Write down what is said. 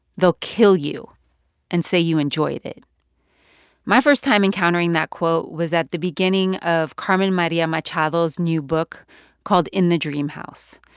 they'll kill you and say you enjoyed it my first time encountering that quote was at the beginning of carmen maria machado's new book called in the dream house.